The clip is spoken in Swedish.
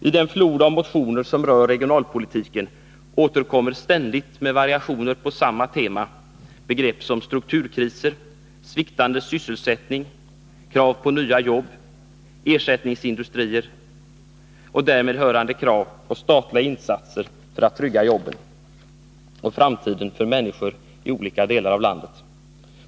I den flod av motioner som rör regionalpolitiken återkommer ständigt med variationer på samma tema begrepp som strukturkriser, sviktande sysselsättning, krav på nya jobb, ersättningsindustrier och därtill hörande krav på statliga insatser för att trygga jobben och framtiden för människor i olika delar av landet.